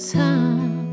time